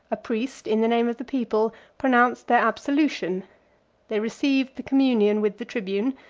a priest, in the name of the people, pronounced their absolution they received the communion with the tribune,